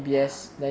ya